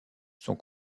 sont